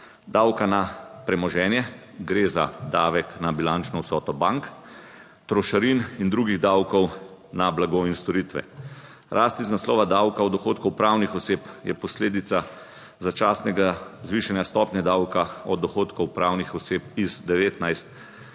davka na premoženje, gre za davek na bilančno vsoto bank, trošarin in drugih davkov na blago in storitve. Rast iz naslova davka od dohodkov pravnih oseb je posledica začasnega zvišanja stopnje davka od dohodkov pravnih oseb iz 19